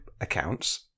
accounts